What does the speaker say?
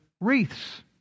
wreaths